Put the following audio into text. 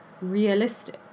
realistic